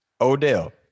Odell